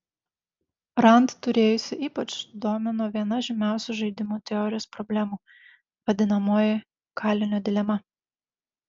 rand tyrėjus ypač domino viena žymiausių žaidimų teorijos problemų vadinamoji kalinio dilema